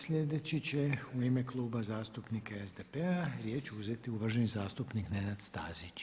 Sljedeći će u ime Kluba zastupnika SDP-a riječ uzeti uvaženi zastupnik Nenad Stazić.